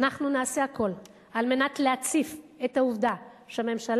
אנחנו נעשה הכול על מנת להציף את העובדה שהממשלה